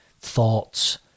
thoughts